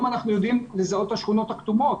אנחנו יודעים לזהות את השכונות הכתומות.